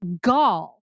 gall